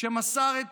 שמסר את